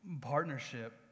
partnership